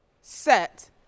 set